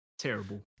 terrible